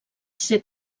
ser